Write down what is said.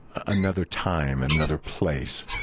another time and another place,